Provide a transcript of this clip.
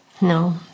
No